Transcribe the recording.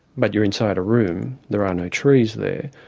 but you're inside a room, there are no trees there.